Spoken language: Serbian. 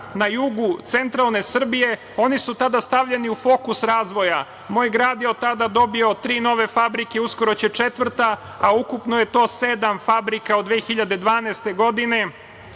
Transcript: na jugu centralne Srbije. Oni su tada stavljeni u fokus razvoja. Moj grad je od tada dobio tri nove fabrike, uskoro će četvrta, a ukupno je to sedam fabrika od 2012. godine.